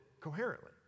coherently